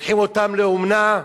לוקחים אותם לאומנה,